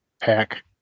pack